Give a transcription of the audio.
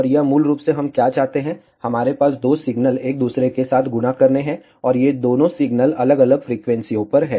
और यह मूल रूप से हम क्या चाहते हैं हमारे पास दो सिग्नल एक दूसरे के साथ गुणा करने हैं और ये दोनों सिग्नल अलग अलग फ्रीक्वेंसीयों पर हैं